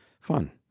fun